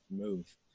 move